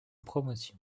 promotion